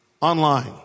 online